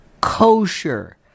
kosher